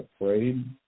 afraid